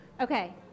Okay